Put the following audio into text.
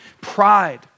pride